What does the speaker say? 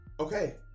Okay